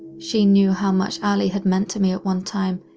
she knew how much allie had meant to me at one time,